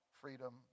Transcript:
freedom